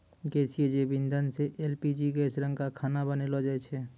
गैसीय जैव इंधन सँ एल.पी.जी गैस रंका खाना बनैलो जाय छै?